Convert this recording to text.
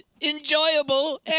enjoyable